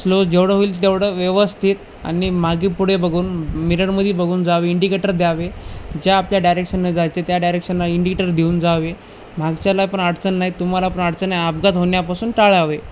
slow जेवढं होईल तेवढं व्यवस्थित आणि मागे पुढे बघून मिररमध्ये बघून जावे इंडिकेटर द्यावे ज्या आपल्या डायरेक्शननं जायचं त्या डायरेक्शनला इंडिकेटर देऊन जावे मागच्याला पण अडचण नाही तुम्हाला पण अडचण अपघात होण्यापासून टाळावे